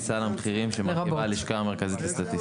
סל המחירים שמרכיבה הלשכה המרכזית לסטטיסטיקה.